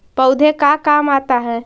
पौधे का काम आता है?